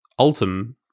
ultim